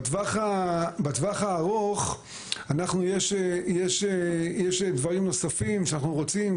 בטווח הארוך יש דברים נוספים שאנחנו רוצים,